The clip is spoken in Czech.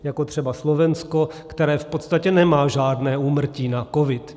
Jako třeba Slovensko, které v podstatě nemá žádné úmrtí na covid.